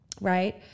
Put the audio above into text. right